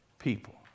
People